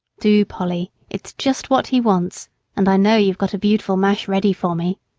do, polly, it's just what he wants and i know you've got a beautiful mash ready for me.